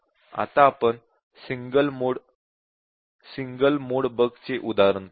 आता आपण single mode bug चे उदाहरण पाहू